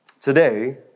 today